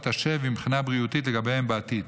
השבי מבחינה בריאותית לגביהם בעתיד.